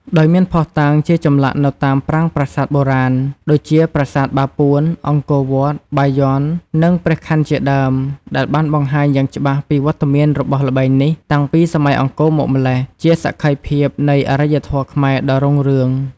ដោយមានភស្តុតាង ជាចម្លាក់នៅតាមប្រាង្គប្រាសាទបុរាណ ដូចជាប្រាសាទបាពួន អង្គរវត្ត បាយ័ន និងព្រះខ័នជាដើម ដែលបានបង្ហាញយ៉ាងច្បាស់ពីវត្តមានរបស់ល្បែងនេះតាំងពីសម័យអង្គរមកម៉្លេះ ជាសក្ខីភាពនៃអរិយធម៌ខ្មែរដ៏រុងរឿង។